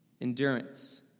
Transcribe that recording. endurance